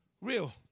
real